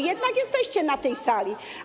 Jednak jesteście na tej sali.